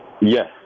Yes